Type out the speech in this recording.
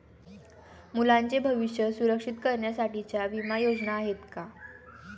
मुलांचे भविष्य सुरक्षित करण्यासाठीच्या विमा योजना आहेत का?